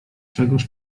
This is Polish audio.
czegóż